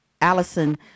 Allison